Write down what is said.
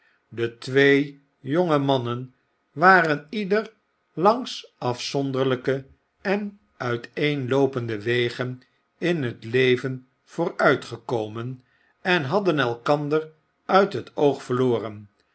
de twee jonge mannen waren ieder langs afzonderlflke en uiteenloopende wegen in het leven vooruitgekomen en hadden elkander uit het oog verloren